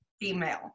female